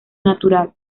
natural